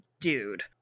dude